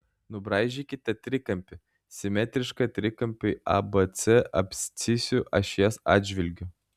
nubraižykite trikampį simetrišką trikampiui abc abscisių ašies atžvilgiu